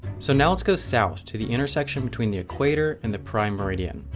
so now let's go south, to the intersection between the equator, and the prime meridian.